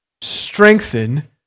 Strengthen